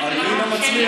על רינה מצליח,